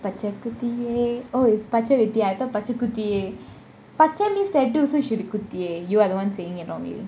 பச்சை குதியே :pacha kuthiyae oh it's பச்சை வெட்டி :pacha vetti I thought பச்சை குதியே பச்சை :pacha kuthiyae pacha means tattoo so should be குதியே :kuthiyae you are the one saying it wrongly